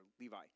Levi